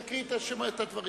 תקריא בבקשה את הדברים.